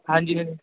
ਹਾਂਜੀ